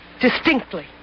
distinctly